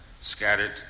scattered